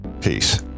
Peace